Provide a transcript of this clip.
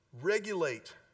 regulate